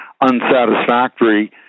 unsatisfactory